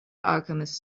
alchemist